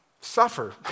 suffer